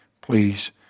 please